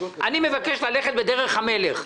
אני מבקש ללכת בדרך המלך.